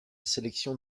sélection